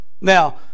Now